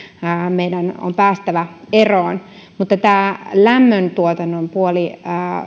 meidän on päästävä eroon mutta tämä lämmöntuotannon puoli